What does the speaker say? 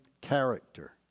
character